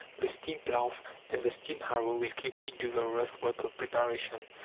the steam plough and the steam harrow will quickly do the rough work of preparation,